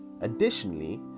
Additionally